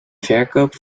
verkoop